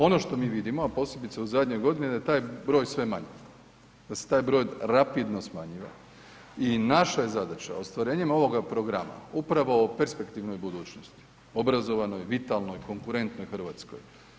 Ono što mi vidimo a posebice u zadnje godine, da je taj broj sve manji, da se taj broj rapidno smanjiva i naša je zadaća ostvarenjem ovoga programa, upravo o perspektivnoj budućnosti, obrazovanoj, vitalnoj, konkurentnoj Hrvatskoj.